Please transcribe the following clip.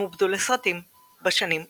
הם עובדו לסרטים בשנים 1947,